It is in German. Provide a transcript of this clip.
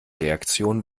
reaktion